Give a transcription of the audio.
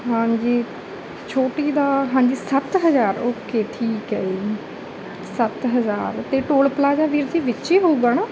ਹਾਂਜੀ ਛੋਟੀ ਦਾ ਹਾਂਜੀ ਸੱਤ ਹਜ਼ਾਰ ਓਕੇ ਠੀਕ ਹੈ ਜੀ ਸੱਤ ਹਜ਼ਾਰ ਅਤੇ ਟੋਲ ਪਲਾਜ਼ਾ ਵੀਰ ਜੀ ਵਿੱਚ ਹੋਊਗਾ ਨਾ